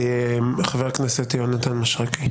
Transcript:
חבר הכנסת יונתן משריקי.